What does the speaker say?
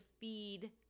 feed